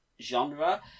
genre